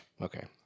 okay